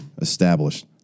established